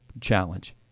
challenge